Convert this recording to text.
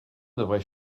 devrais